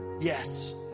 Yes